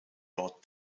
brought